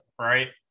right